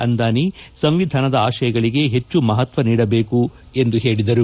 ಅಂದಾನಿ ಸಂವಿಧಾನದ ಆಶಯಗಳಿಗೆ ಹೆಚ್ಚು ಮಹತ್ವ ನೀಡಬೇಕು ಎಂದು ಹೇಳಿದರು